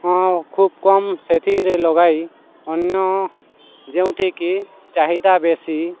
ହଁ ଖୁବ କମ୍ ସେଥିରେ ଲଗାଇ ଅନ୍ୟ ଯେଉଁଠିକି ଚାହିଦା ବେଶୀ